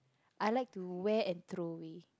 I like to wear and throw away